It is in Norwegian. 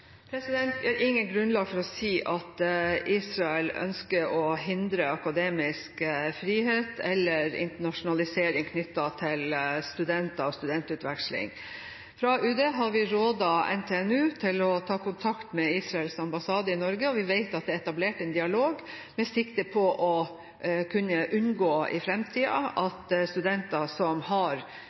har ikke noe grunnlag for å si at Israel ønsker å hindre akademisk frihet eller internasjonalisering knyttet til studenter og studentutveksling. Fra UDs side har vi rådet NTNU til å ta kontakt med Israels ambassade i Norge, og vi vet at det er etablert en dialog med sikte på å kunne unngå i framtiden at studenter som har